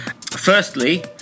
firstly